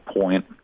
point